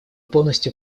полностью